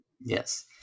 Yes